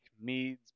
meads